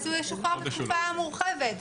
אז הוא ישוחרר בתקופה מורחבת.